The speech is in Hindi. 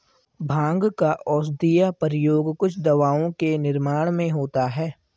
भाँग का औषधीय प्रयोग कुछ दवाओं के निर्माण में होता है